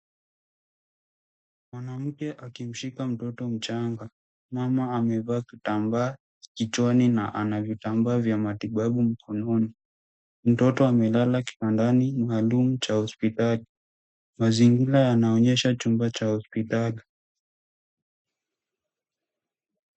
Mwanamke akimshika mtoto mchanga. Mama amevaa kitamba kichwani na ana vitambaa vya matibabu mkononi. Mtoto amelala kitandani maalum cha hospitali. Mazingira yanaonyesha chumba cha hospitali.